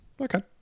Okay